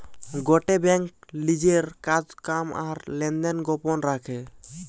গটে বেঙ্ক লিজের কাজ কাম আর লেনদেন গোপন রাখে